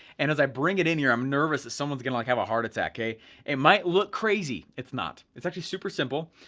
and as i bring it in here, i'm nervous that someone's gonna like have a heart attack. it might look crazy, it's not. it's actually super simple.